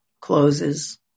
closes